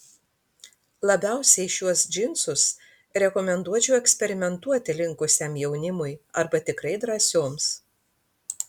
labiausiai šiuos džinsus rekomenduočiau eksperimentuoti linkusiam jaunimui arba tikrai drąsioms